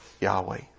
Yahweh